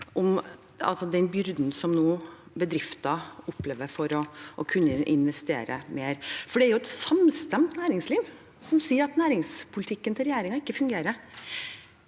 den byrden som bedrifter opplever for å kunne investere mer. Det er et samstemt næringsliv som sier at næringspolitikken til regjeringen ikke fungerer.